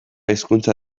hizkuntza